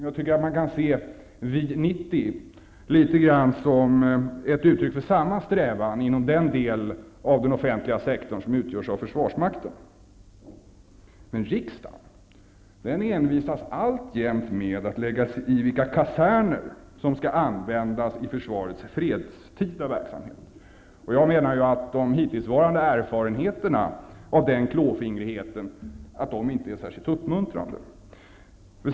Jag tycker man kan se VI 90 som ett uttryck för samma strävan inom den del av offentlig sektor som utgörs av försvarsmakten. Men riksdagen envisas alltjämt med att lägga sig i vilka kaserner som skall användas i försvarets fredstida verksamhet. Jag menar att den hittillsvarande erfarenheten av denna klåfingrighet inte är särskilt uppmuntrande.